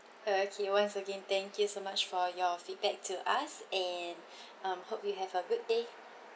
oh okay once again thank you so much for your feedback to us and um hope you have a good day